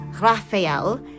Raphael